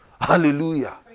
hallelujah